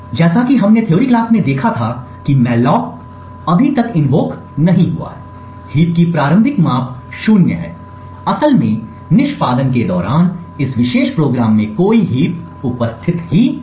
जैसा कि हमने थ्योरी क्लास में देखा था की मॉलोक अभी तक इनबॉक् नहीं हुआ है हीप की प्रारंभिक मांप 0 है असल में निष्पादन के दौरान इस विशेष प्रोग्राम में कोई हीप उपस्थित नहीं है